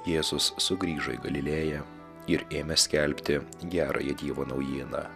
jėzus sugrįžo į galilėją ir ėmė skelbti gerąją dievo naujieną